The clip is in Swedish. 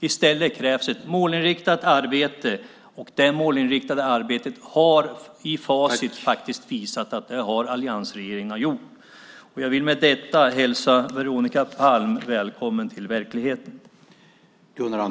I stället krävs ett målinriktat arbete, och detta målinriktade arbete har facit faktiskt visat att alliansregeringen har gjort. Jag vill med detta hälsa Veronica Palm välkommen till verkligheten.